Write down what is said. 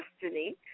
destiny